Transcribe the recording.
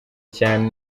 cyane